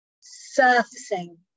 surfacing